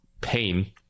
pain